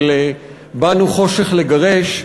של "באנו חושך לגרש".